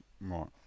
right